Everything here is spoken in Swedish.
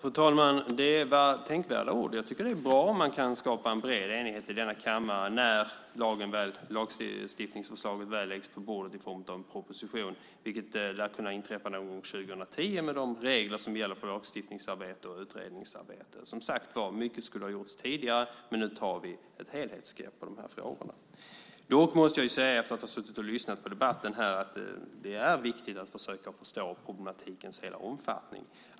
Fru talman! Det var tänkvärda ord. Jag tycker att det är bra om man kan skapa en bred enighet i denna kammare när lagstiftningsförslaget väl läggs på bordet i form av en proposition, vilket lär kunna inträffa någon gång 2010 med de regler som gäller för lagstiftningsarbete och utredningsarbete. Som sagt var: Mycket skulle ha gjorts tidigare. Men nu tar vi ett helhetsgrepp om de här frågorna. Dock måste jag säga, efter att ha suttit och lyssnat på debatten här, att det är viktigt att försöka förstå problematikens hela omfattning.